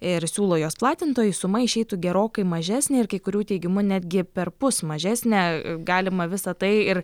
ir siūlo jos platintojai suma išeitų gerokai mažesnė ir kai kurių teigimu netgi perpus mažesne galima visa tai ir